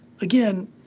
again